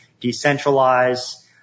decentralized